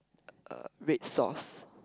uh red sauce